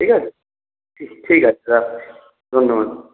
ঠিক আছে ঠিক আছে রাখছি ধন্যবাদ